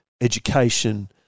education